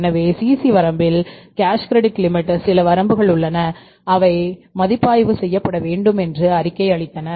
எனவே சிசி வரம்பில் சில வரம்புகள் உள்ளன அவை மதிப்பாய்வு செய்யப்பட வேண்டும் என்று அறிக்கை அளித்தனர்